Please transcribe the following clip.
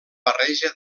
barreja